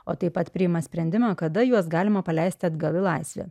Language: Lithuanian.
o taip pat priima sprendimą kada juos galima paleisti atgal į laisvę